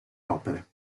opere